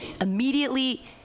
immediately